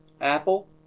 Apple